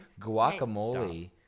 guacamole